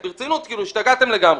ברצינות, כאילו השתגעתם לגמרי.